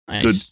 good